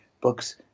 books